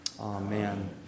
Amen